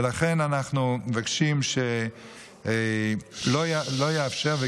ולכן אנחנו מבקשים שלא לאפשר.